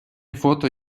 фото